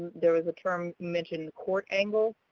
there was a term mentioned court angles.